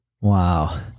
Wow